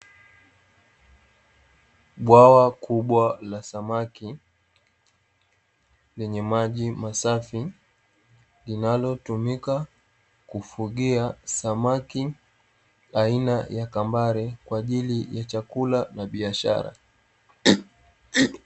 Bwawa kubwa la samaki lenye maji masafi linalotumika kufugia samaki aina ya kambale kwa ajili ya chakula na biashara.